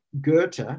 goethe